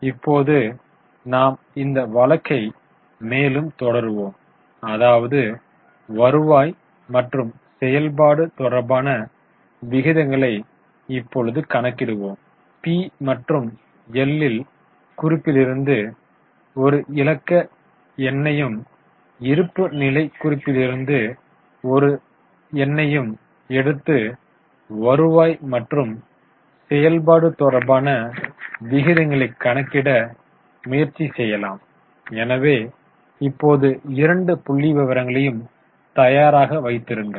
இப்போது நாம் இந்த வழக்கை மேலும் தொடருவோம் அதாவது வருவாய் மற்றும் செயல்பாடு தொடர்பான விகிதங்களை இப்பொழுது கணக்கிடுவோம் பி மற்றும் எல் குறிப்பிலிருந்து ஒரு இலக்க எண்ணையும் இருப்புநிலைக் குறிப்பிலிருந்து ஒரு எண்ணையும் எடுத்து வருவாய் மற்றும் செயல்பாடு தொடர்பான விகிதங்களை கணக்கிட முயற்சி செய்வோம் எனவே இப்போது இரண்டு புள்ளிவிவரங்களையும் தயாராக வைத்திருங்கள்